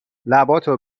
لباتو